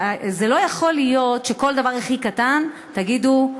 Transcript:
לא יכול להיות שכל דבר הכי קטן, תגידו: